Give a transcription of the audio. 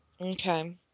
Okay